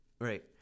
Right